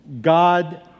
God